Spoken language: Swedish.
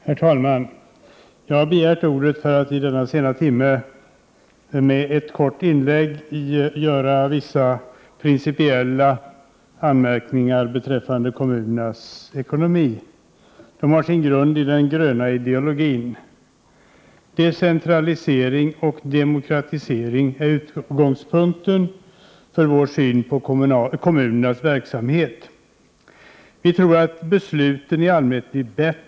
Herr talman! Jag har begärt ordet för att i denna sena timme med ett kort inlägg göra vissa principiella anmärkningar beträffande kommunernas ekonomi. De har sin grund i den gröna ideologin. Decentralisering och demokratisering är utgångspunkten för vår syn på kommunernas verksamhet. Vi tror att besluten i allmänhet blir bättre när de Prot.